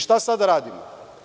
Šta sada da radimo?